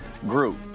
group